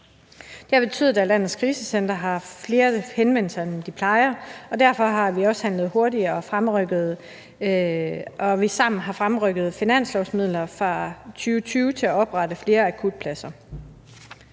Det har betydet, at landets krisecentre har haft flere henvendelser, end de plejer. Derfor har vi også handlet hurtigt og har sammen fremrykket finanslovsmidler fra 2020 til at oprette flere akutpladserne.